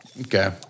Okay